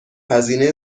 هزینه